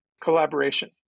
collaboration